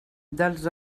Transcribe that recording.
dels